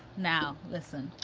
now, listen,